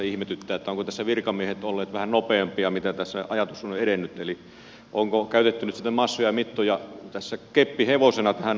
ovatko tässä virkamiehet olleet vähän nopeampia kuin mitä tässä ajatus on edennyt eli onko käytetty nyt sitten massoja ja mittoja keppihevosena tässä asiassa